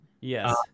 Yes